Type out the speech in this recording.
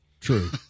True